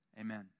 Amen